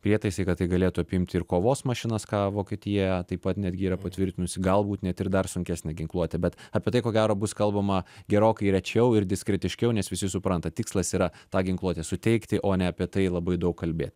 prietaisai kad tai galėtų apimti ir kovos mašinas ką vokietija taip pat netgi yra patvirtinusi galbūt net ir dar sunkesnė ginkluotė bet apie tai ko gero bus kalbama gerokai rečiau ir diskretiškiau nes visi supranta tikslas yra tą ginkluotę suteikti o ne apie tai labai daug kalbėt